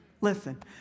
Listen